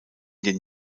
den